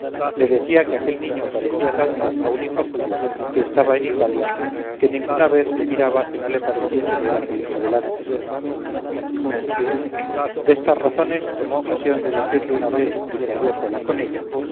le decía que aquel niño parecía tanto a un hijo suyo que estaba en italia que ninguna vez le miraba que no le pareciese ver a su hijo delante destas razones tomó ocasión de decirle una vez que se halló sola con ella